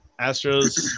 Astros